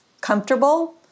comfortable